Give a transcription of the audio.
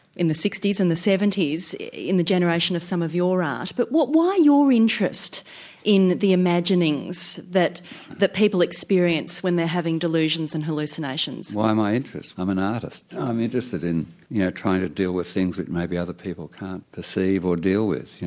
in the sixty s and seventy s in the generation of some of your art. but why your interest in the imaginings that that people experience when they're having delusions and hallucinations? why my interest? i'm an artist i'm interested in you know trying to deal with things that maybe other people can't perceive or deal with.